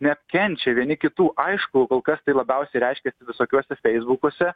neapkenčia vieni kitų aišku kol kas tai labiausiai reiškiasi visokiuose feisbukuose